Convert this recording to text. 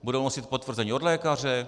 Budou nosit potvrzení od lékaře?